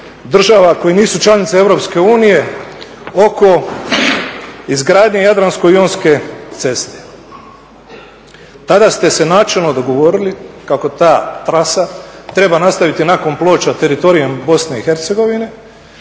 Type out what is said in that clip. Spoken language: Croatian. država koje nisu članice EU oko izgradnje Jadransko-jonske ceste. Tada ste se načelno dogovorili kako ta trasa treba nastaviti nakon Ploča teritorijem BiH dalje